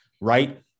right